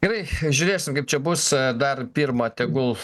gerai žiūrėsim kaip čia bus dar pirma tegul